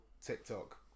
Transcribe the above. TikTok